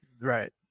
Right